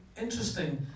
interesting